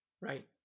Right